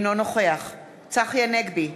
אינו נוכח צחי הנגבי,